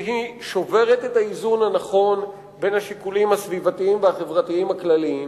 ששוברת את האיזון הנכון בין השיקולים הסביבתיים והחברתיים הכלליים,